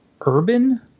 urban